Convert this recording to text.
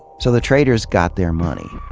so the traders got their money.